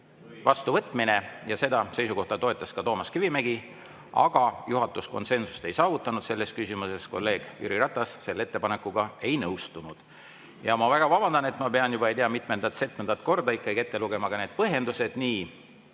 vastuvõtmine. Seda seisukohta toetas ka Toomas Kivimägi. Aga juhatus konsensust ei saavutanud selles küsimuses, kolleeg Jüri Ratas selle ettepanekuga ei nõustunud. Ma väga vabandan, et ma pean juba mitmendat-setmendat korda ikkagi ette lugema ka need põhjendused,